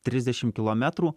trisdešim kilometrų